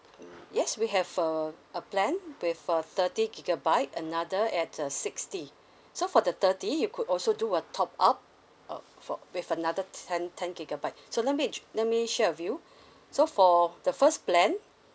mm yes we have a a plan with uh thirty gigabyte another at err sixty so for the thirty you could also do a top up uh for with another ten ten gigabyte so let me sh~ let me share with you so for the first plan